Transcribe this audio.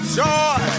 joy